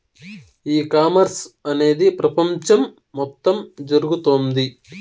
ఈ కామర్స్ అనేది ప్రపంచం మొత్తం జరుగుతోంది